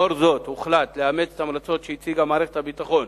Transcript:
לאור זאת הוחלט לאמץ את ההמלצות שהציגה מערכת הביטחון,